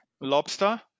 Lobster